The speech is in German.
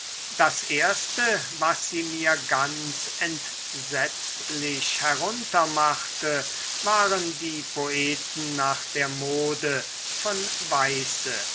das erste was sie mir ganz entsetzlich heruntermachte waren die poeten nach der mode von weiße